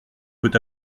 peut